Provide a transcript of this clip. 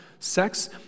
Sex